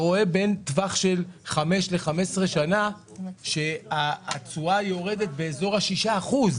בין טווח של 5 ל-15 שנה שהתשואה יורדת באזור ה-6 אחוז,